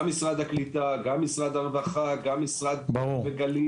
גם משרד הקליטה, גם משרד הרווחה, גם משרד בגליל.